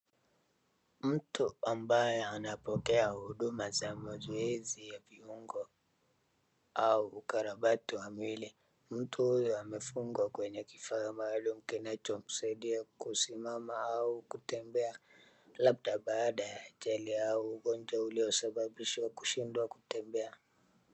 Mtu ambaye anapokea huduma za mazoezi ya viungo au ukarabati wa mwili, mtu huyu amefungwa kwenye kifaa maalum kinachomsaidia kusimama au kutembea, labda baadaya ugonjwa uliosababisha kushidwa kutembea.